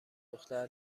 دختر